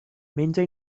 menja